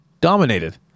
Dominated